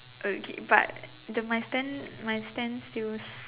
okay but the my stand my stand still